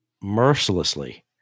mercilessly